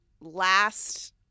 last